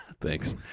Thanks